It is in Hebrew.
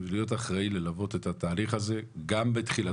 להיות אחראי ללוות את התהליך הזה בתחילתו